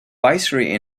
viceroy